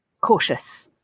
cautious